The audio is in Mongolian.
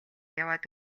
яваад